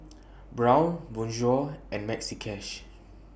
Braun Bonjour and Maxi Cash